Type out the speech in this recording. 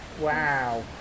Wow